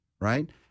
right